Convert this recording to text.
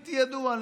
בלתי ידוע.